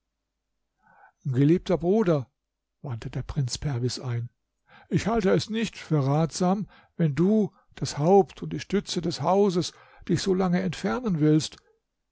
geliebter bruder wandte der prinz perwis ein ich halte es nicht für ratsam wenn du das haupt und die stütze des hauses dich solange entfernen willst